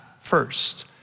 first